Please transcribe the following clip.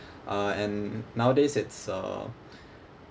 uh and nowadays it's uh